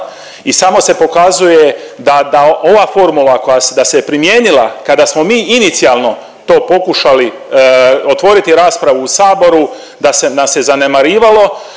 i samo se pokazuje da ova formula, da se je primijenila kada smo mi inicijalno to pokušali otvoriti raspravu u Saboru da se nas se zanemarivalo,